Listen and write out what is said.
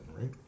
right